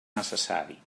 necessari